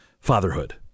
fatherhood